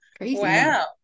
wow